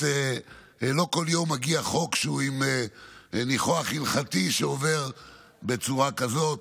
לא כל יום מגיע חוק שהוא עם ניחוח הלכתי שעובר בצורה כזאת,